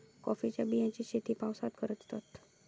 कॉफीच्या बियांची शेती पावसात करतत